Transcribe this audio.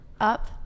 Up